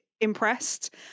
impressed